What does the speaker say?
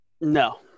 No